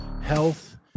health